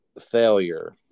failure